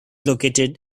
located